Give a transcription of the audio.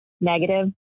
negative